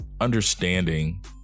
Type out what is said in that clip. Understanding